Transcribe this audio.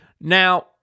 Now